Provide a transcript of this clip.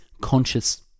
conscious